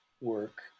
work